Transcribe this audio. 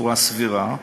בצורה סבירה.